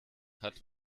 hat